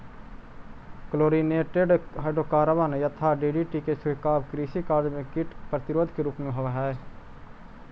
chlorinated hydrocarbon यथा DDT के छिड़काव कृषि कार्य में कीट प्रतिरोधी के रूप में होवऽ हई